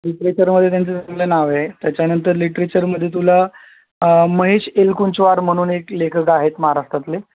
लिट्रेचरमध्ये त्यांचं नाव आहे त्याच्यानंतर लिट्रेचरमध्ये तुला महेश एलकुंचवार म्हणून एक लेखक आहेत महाराष्ट्रातले